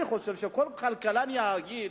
אני חושב שכל כלכלן יגיד,